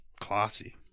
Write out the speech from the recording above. Classy